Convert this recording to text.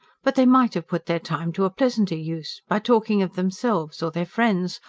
but they might have put their time to a pleasanter use by talking of themselves, or their friends,